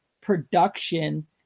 production